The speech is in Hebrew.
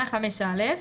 5(א),